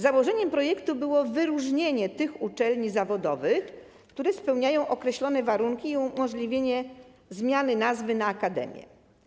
Założeniem projektu było wyróżnienie tych uczelni zawodowych, które spełniają określone warunki, i umożliwienie zmiany nazwy na „akademię”